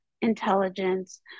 intelligence